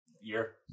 year